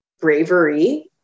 bravery